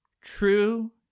true